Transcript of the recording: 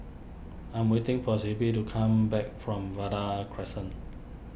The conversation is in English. I am waiting for Sibbie to come back from Vanda Crescent